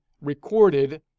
recorded